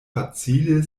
facile